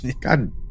God